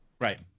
Right